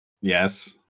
Yes